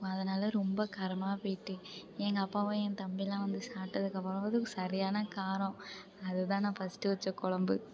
அதனால் ரொம்ப காரமாக போயிட்டு எங்கள் அப்பாவும் என் தம்பிலாம் வந்து சாப்பிட்டதுக்கு அப்புறம் அது சரியான காரம் அதுதான் நான் ஃபஸ்ட்டு வெச்ச கொழம்பு